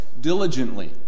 diligently